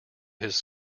his